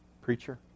preacher